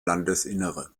landesinnere